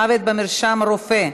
מוות במרשם רופא),